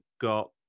got